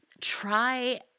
try